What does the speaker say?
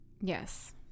yes